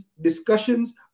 discussions